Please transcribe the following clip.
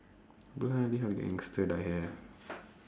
don't have only have gangster dye hair